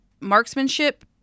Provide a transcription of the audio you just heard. marksmanship